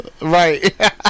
Right